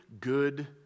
good